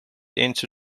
into